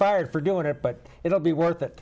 fired for doing it but it'll be worth it